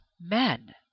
men